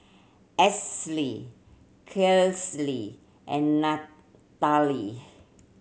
Ashely and Natalie